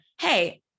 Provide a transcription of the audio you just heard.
hey